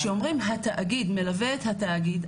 כשאומרים התאגיד מלווה את התאגיד,